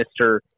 Mr